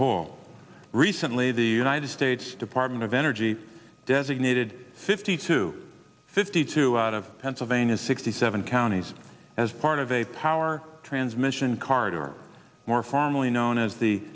whole recently the united states department of energy designated fifty two fifty two out of pennsylvania sixty seven counties as part of a power transmission card or more formally known as the